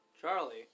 Charlie